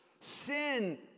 Sin